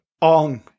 on